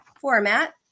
format